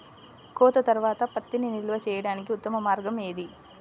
కోత తర్వాత పత్తిని నిల్వ చేయడానికి ఉత్తమ మార్గం ఏది?